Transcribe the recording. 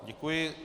Děkuji.